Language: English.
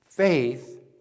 Faith